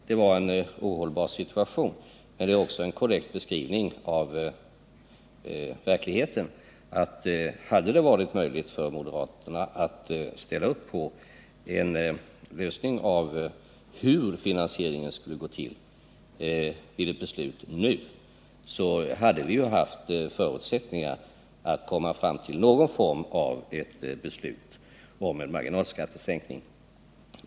Det var en ohållbar situation, men det är också en korrekt beskrivning av verkligheten. Om det hade varit möjligt för moderaterna att ställa sig bakom en lösning av finansieringsfrågan, hade vi nu haft förutsättningar att komma fram till någon form av beslut om en marginalskattesänkning.